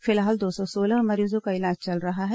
फिलहाल दो सौ सोलह मरीजों का इलाज चल रहा है